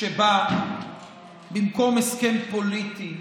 שבה במקום הסכם פוליטי,